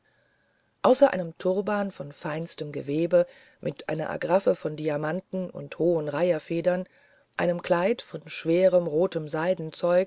außer einem turban vom feinsten gewebe mit einer agraffe von diamanten und hohen reiherfedern einem kleid von schwerem rotem